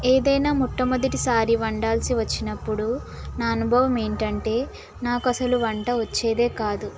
ఏదైన్నా మొట్టమొదటిసారి వండాల్సి వచ్చినప్పుడు నా అనుభవం ఏంటంటే నాకు అసలు వంట వచ్చేది కాదు